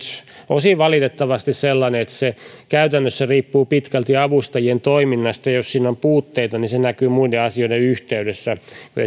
osin valitettavasti sellainen että se käytännössä riippuu pitkälti avustajien toiminnasta ja jos siinä on puutteita niin se näkyy muiden asioiden yhteydessä esimerkiksi meillä